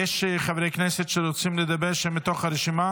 יש חברי כנסת שרוצים לדבר שהם מתוך הרשימה?